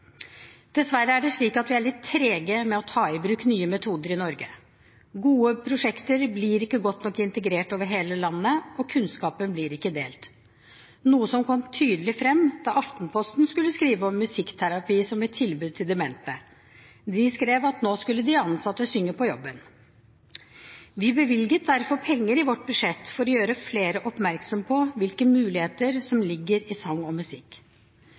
Dessverre er det slik at vi er litt trege med å ta i bruk nye metoder i Norge. Gode prosjekter blir ikke godt nok integrert over hele landet, og kunnskapen blir ikke delt, noe som kom tydelig frem da Aftenposten skulle skrive om musikkterapi som et tilbud til demente. De skrev at nå skulle de ansatte synge på jobben. Vi bevilget derfor penger i vårt budsjett for å gjøre flere oppmerksom på hvilke muligheter som ligger i sang og musikk.